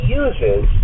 uses